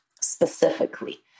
specifically